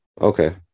Okay